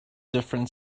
different